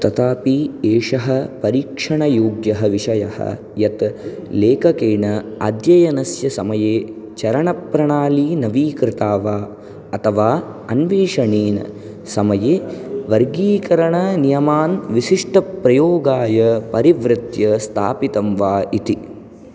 तथापि एषः परीक्षणयोग्यः विषयः यत् लेखकेन अध्ययनस्य समये चरणप्रणाली नवीकृता वा अथवा अन्वेषणेन समये वर्गीकरणनियमान् विशिष्टप्रयोगाय परिवृर्त्य स्थापितं वा इति